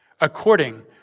according